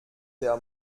der